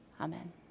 Amen